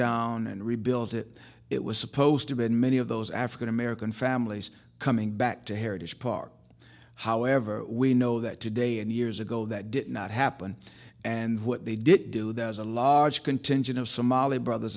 down and rebuilt it it was supposed to be in many of those african american families coming back to heritage park however we know that today and years ago that did not happen and what they didn't do that was a large contingent of somali brothers